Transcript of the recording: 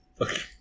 Okay